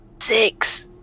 Six